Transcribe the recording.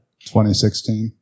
2016